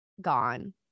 gone